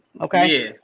Okay